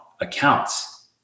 accounts